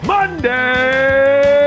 Monday